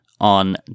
on